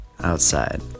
Outside